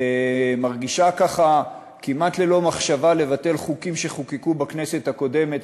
מרגישה ככה וכמעט ללא מחשבה מבטלת חוקים שחוקקו בכנסת קודמת,